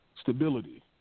stability